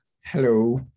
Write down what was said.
Hello